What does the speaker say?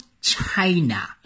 China